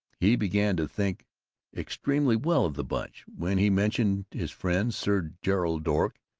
he began to think extremely well of the bunch. when he mentioned his friends sir gerald doak,